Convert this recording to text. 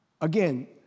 Again